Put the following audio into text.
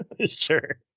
Sure